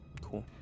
Cool